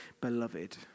beloved